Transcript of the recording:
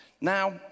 Now